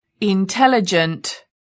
intelligent